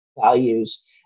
values